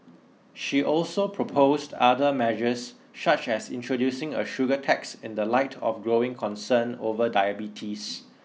she also proposed other measures such as introducing a sugar tax in the light of growing concern over diabetes